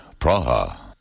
Praha